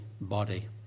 body